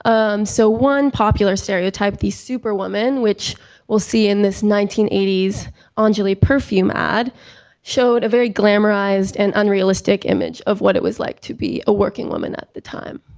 um so one popular stereotype the superwoman, which we'll see in this nineteen eighty s ah enjoli perfume ad showed a very glamorized and unrealistic image of what it was like to be a working woman at the time.